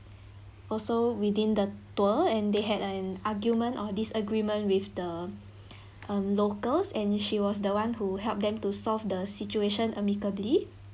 also within the tour and they had an argument or disagreement with the um locals and she was the one who help them to solve the situation amicably